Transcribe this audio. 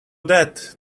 that